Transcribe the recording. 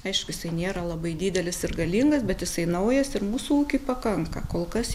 aišku jisai nėra labai didelis ir galingas bet jisai naujas ir mūsų ūkiui pakanka kol kas